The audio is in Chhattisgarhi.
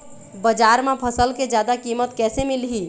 बजार म फसल के जादा कीमत कैसे मिलही?